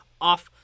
off